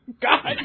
God